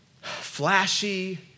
flashy